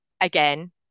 again